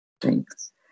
Thanks